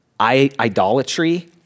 idolatry